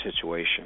situation